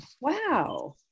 wow